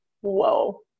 whoa